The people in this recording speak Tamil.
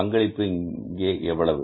பங்களிப்பு இங்கே எவ்வளவு